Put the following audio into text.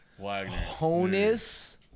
Honus